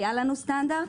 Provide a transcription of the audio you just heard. היה לנו סטנדרט.